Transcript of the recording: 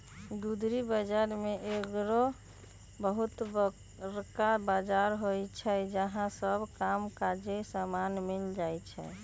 गुदरी बजार में एगो बहुत बरका बजार होइ छइ जहा सब काम काजी समान मिल जाइ छइ